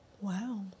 wow